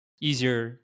easier